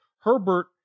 Herbert